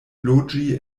loĝi